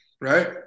Right